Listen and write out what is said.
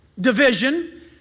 division